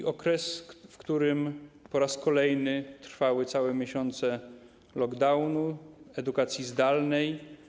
To okres, w którym po raz kolejny trwały całe miesiące lockdowny, edukacji zdalnej.